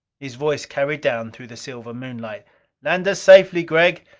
his voice carried down through the silver moonlight land us safely, gregg.